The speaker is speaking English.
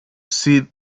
see